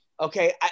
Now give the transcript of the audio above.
Okay